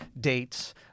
dates